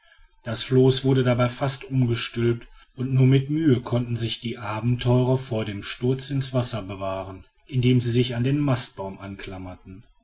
das floß wurde dabei fast umgestülpt und nur mit mühe konnten sich die abenteurer vor dem sturz ins wasser bewahren indem sie sich an den mastbaum anklammerten